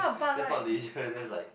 that's not leisure that's like